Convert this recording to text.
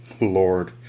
Lord